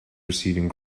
receiving